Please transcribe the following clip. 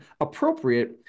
appropriate